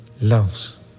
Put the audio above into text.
loves